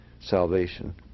salvation